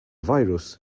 virus